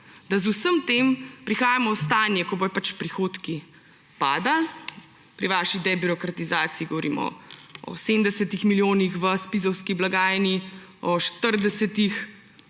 da z vsem tem prihajamo v stanje, ko bodo pač prihodki padali, pri vaši debirokratizaciji govorimo o 70 milijonih v ZPIZ blagajni, o 40 milijonih